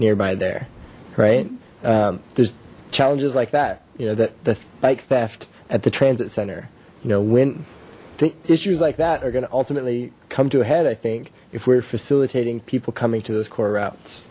nearby there right there's challenges like that you know that the bike theft at the transit center you know when the issues like that are gonna ultimately come to a head i think if we're facilitating people coming to those core